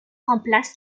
remplace